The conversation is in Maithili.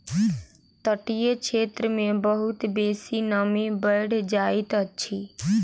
तटीय क्षेत्र मे बहुत बेसी नमी बैढ़ जाइत अछि